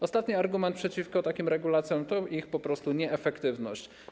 Ostatni argument przeciwko takim regulacjom to po prostu ich nieefektywność.